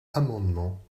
amendement